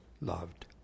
loved